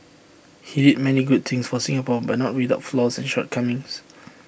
he did many good things for Singapore but not without flaws and shortcomings